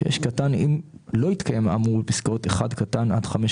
אם לא התקיים האמור בפסקאות (1) עד (5)